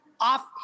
off